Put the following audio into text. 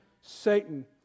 Satan